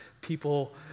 People